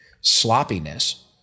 sloppiness